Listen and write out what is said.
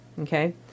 Okay